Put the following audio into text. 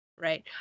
right